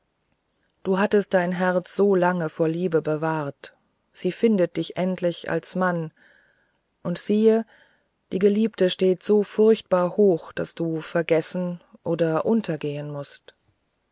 du hattest dein herz so lange vor liebe bewahrt sie findet dich endlich als mann und siehe die geliebte steht so furchtbar hoch daß du vergessen oder untergehen mußt